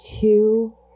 two